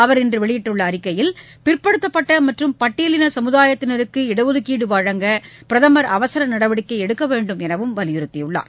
அவர் இன்று வெளியிட்டுள்ள அறிக்கையில் பிற்படுத்தப்பட்ட மற்றும் பட்டியலின சமுதாயத்தினருக்கு இடஒதுக்கீடு வழங்க பிரதமர் அவர நடவடிக்கை எடுக்க வேண்டும் எனவும் வலியுறுத்தியுள்ளார்